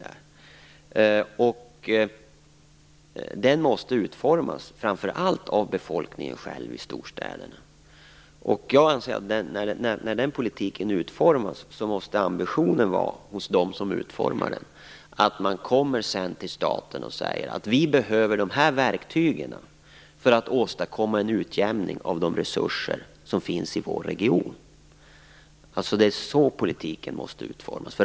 Denna politik måste utformas framför allt av storstadsbefolkningarna själva. Jag anser att ambitionen hos dem som utformar den politiken måste vara att vända sig till staten för att få de verktyg som behövs för att åstadkomma en utjämning av de resurser som finns i den egna regionen. Det är så politiken måste utformas.